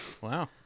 Wow